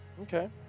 Okay